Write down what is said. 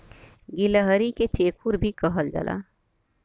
गिलहरी के चेखुर भी कहल जाला